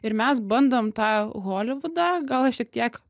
ir mes bandom tą holivudą gal ir šiek tiek